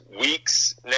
weeks